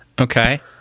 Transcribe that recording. Okay